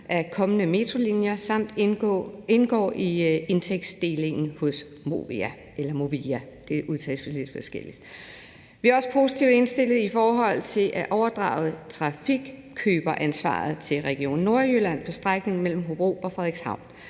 af kommende metrolinjer samt indgå i indtægtsdelingen hos Movia. Vi er også positivt indstillet i forhold til at overdrage trafikkøberansvaret til Region Nordjylland på strækningen mellem Hobro og Frederikshavn.